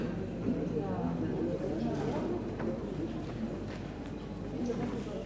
הכנסת יריב לוין.